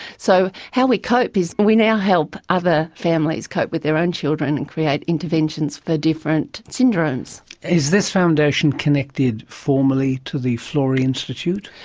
so how we cope is we now help other families cope with their own children and create interventions for different syndromes. is this foundation connected formally with the florey institute?